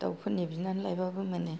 दाउफोरनि बिनानै लायबाबो मोनो